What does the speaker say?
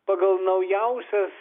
pagal naujausias